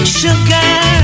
sugar